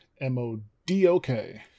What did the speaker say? M-O-D-O-K